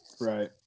Right